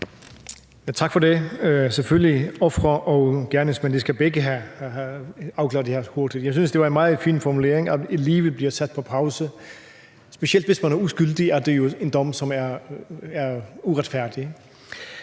Tak for det. Selvfølgelig skal ofre og gerningsmænd begge have afklaret det her hurtigt. Jeg synes, det var en meget fin formulering: At livet bliver sat på pause – specielt hvis man er uskyldig, for så er dommen jo uretfærdig.